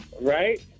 Right